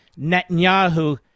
Netanyahu